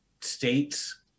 states